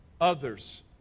others